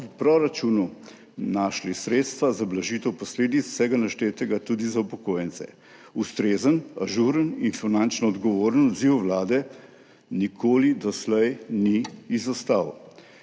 v proračunu našli sredstva za blažitev posledic vsega naštetega, tudi za upokojence. Ustrezen, ažuren in finančno odgovoren odziv vlade nikoli doslej ni izostal.